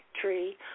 tree